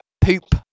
Poop